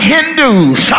Hindus